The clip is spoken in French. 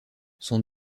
son